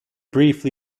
briefly